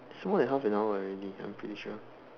it's more than half an hour already I'm pretty sure